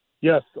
Yes